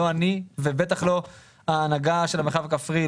לא אני ובטח לא ההנהגה של המרחב הכפרי,